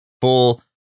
full